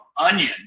onion